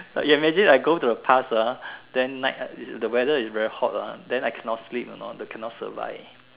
ya imagine I go to the past ah then night the weather is very hot ah then I cannot sleep you know then cannot survive